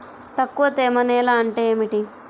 తక్కువ తేమ నేల అంటే ఏమిటి?